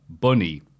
Bunny